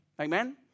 Amen